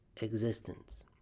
existence